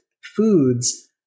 foods